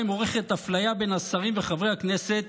עורכת אפליה בין השרים וחברי הכנסת